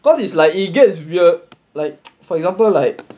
because it's like it gets weird like for example like